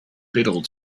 biddle